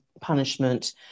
punishment